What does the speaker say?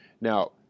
Now